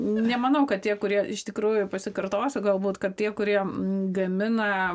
nemanau kad tie kurie iš tikrųjų pasikartosiu galbūt kad tie kurie gamina